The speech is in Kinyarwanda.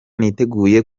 niteguye